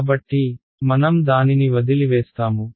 కాబట్టి మనం దానిని వదిలివేస్తాము